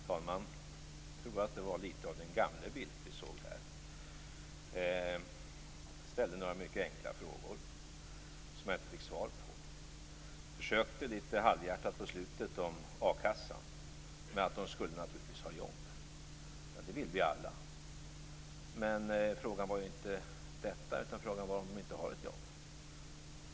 Herr talman! Jag tror att det var litet av den gamle Carl Bildt vi såg här. Jag ställde några mycket enkla frågor som jag inte fick svar på. Han försökte litet halvhjärtat i slutet av sitt anförande om a-kassan. De skulle naturligtvis ha jobb. Ja, det vill vi alla. Men det var inte frågan. Frågan gällde om de inte hade ett jobb.